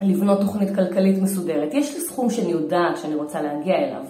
לבנות תוכנית כלכלית מסודרת, יש לי סכום שאני יודעת שאני רוצה להגיע אליו